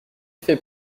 fait